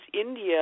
India